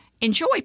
Enjoy